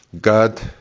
God